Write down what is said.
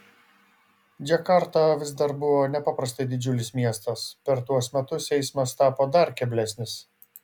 džakarta vis dar buvo nepaprastai didžiulis miestas per tuos metus eismas tapo dar keblesnis